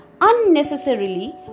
unnecessarily